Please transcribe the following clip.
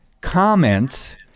comments